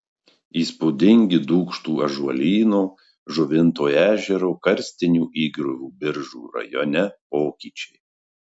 įspūdingi dūkštų ąžuolyno žuvinto ežero karstinių įgriuvų biržų rajone pokyčiai